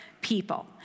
people